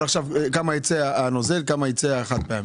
כמה יצא הנוזל וכמה יצא החד פעמי?